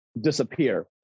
disappear